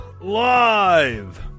live